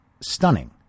stunning